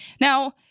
Now